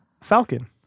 Falcon